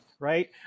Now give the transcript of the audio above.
Right